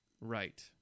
Right